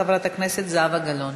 חברת הכנסת זהבה גלאון.